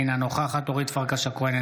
אינה נוכחת אורית פרקש הכהן,